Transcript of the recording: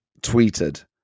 tweeted